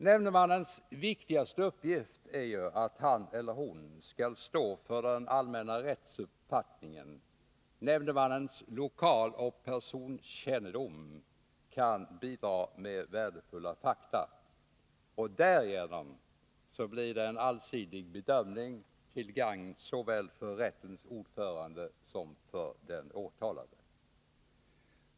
Nämndemannens viktigaste uppgift är att han eller hon skall stå för den allmänna rättsuppfattningen. Nämndemannens lokaloch personkännedom kan bidra med värdefulla fakta. Därigenom blir det en allsidig bedömning, till gagn såväl för rättens ordförande som för den åtalade.